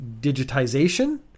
digitization